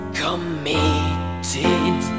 committed